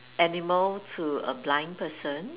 an animal to a blind person